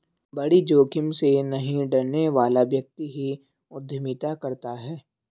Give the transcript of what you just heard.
बड़ी जोखिम से नहीं डरने वाला व्यक्ति ही उद्यमिता करता है